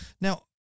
Now